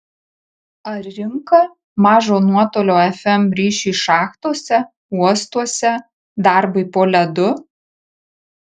ar rinka mažo nuotolio fm ryšiui šachtose uostuose darbui po ledu